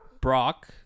Brock